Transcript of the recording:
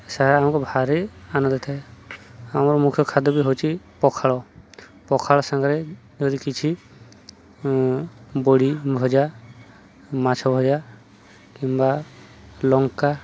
ସେଗୁଡ଼ା ଆମକୁ ଭାରି ଆନନ୍ଦ ଥାଏ ଆମର ମୁଖ୍ୟ ଖାଦ୍ୟ ବି ହେଉଛି ପଖାଳ ପଖାଳ ସାଙ୍ଗରେ ଯଦି କିଛି ବଡ଼ି ଭଜା ମାଛ ଭଜା କିମ୍ବା ଲଙ୍କା